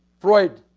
freud.